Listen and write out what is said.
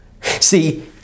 See